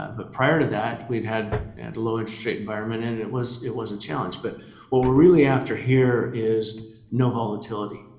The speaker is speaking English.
um but prior to that, we've had and a low interest rate environment and it was it was a challenge. but what we're really after here is no volatility,